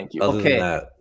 okay